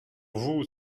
vous